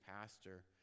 pastor